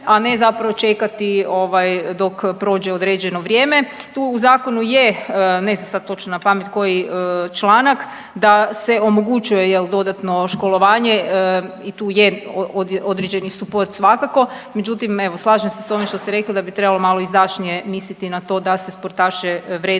a ne zapravo čekati dok prođe određeno vrijeme. Tu u zakonu je ne znam sad točno na pamet koji članak da se omogućuje dodatno školovanje i tu je određeni suport svakako, međutim slažem se s ovim što ste rekli da bi trebalo malo izdašnije misliti na to da se sportaše vrednuje